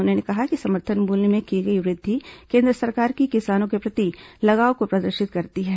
उन्होंने कहा कि समर्थन मूल्य में की गई वृद्धि केन्द्र सरकार की किसानों के प्रति लगाव को प्रदर्शित करती है